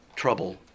trouble